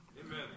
Amen